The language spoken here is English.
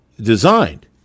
designed